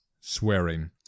swearing